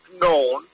known